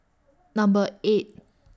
Number eight